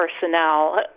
personnel